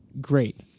great